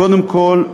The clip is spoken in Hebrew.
קודם כול,